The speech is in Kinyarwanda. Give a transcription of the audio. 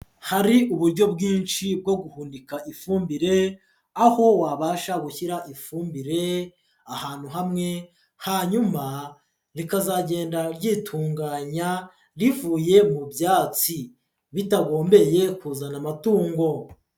Hari uburyo bwinshi bwo guhunika ifumbire, aho wabasha gushyira ifumbire ahantu hamwe, hanyuma rikazagenda ryitunganya rivuye mu byatsi, bitagombeye kuzana amatungo.